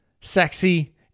Sexy